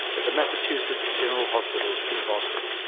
at the massachusetts general hospital in boston.